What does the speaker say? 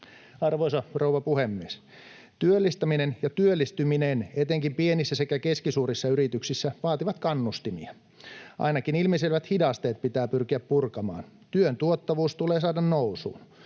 Arvoisa rouva puhemies! Työllistäminen ja työllistyminen etenkin pienissä sekä keskisuurissa yrityksissä vaativat kannustimia. Ainakin ilmiselvät hidasteet pitää pyrkiä purkamaan. Työn tuottavuus tulee saada nousuun.